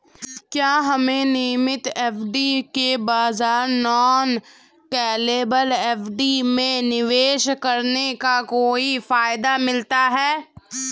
क्या हमें नियमित एफ.डी के बजाय नॉन कॉलेबल एफ.डी में निवेश करने का कोई फायदा मिलता है?